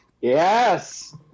Yes